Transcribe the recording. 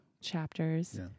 chapters